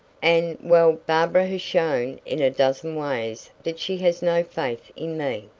and well barbara has shown in a dozen ways that she has no faith in me.